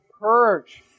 Purge